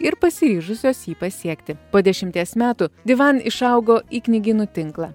ir pasiryžusios jį pasiekti po dešimties metų divan išaugo į knygynų tinklą